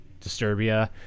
Disturbia